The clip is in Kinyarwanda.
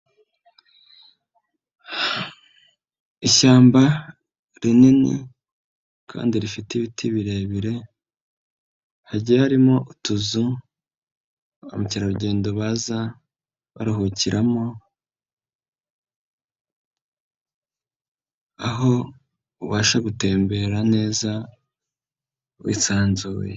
Ishyamba rinini kandi rifite ibiti birebire, hagiye harimo utuzu abakerarugendo baza baruhukiramo, aho ubasha gutembera neza, wisanzuye.